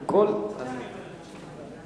ולקריאה שלישית את הצעת